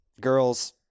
Girls